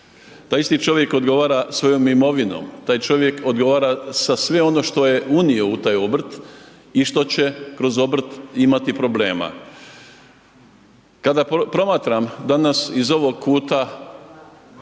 Taj isti čovjek odgovara svojom imovinom, taj čovjek odgovara sa svim onim što je unio u taj obrt i što će kroz obrt imati problema. Kada promatram danas iz ovog kuta